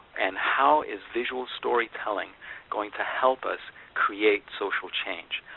and how is visual storytelling going to help us create social change?